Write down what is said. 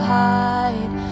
hide